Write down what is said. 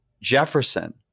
Jefferson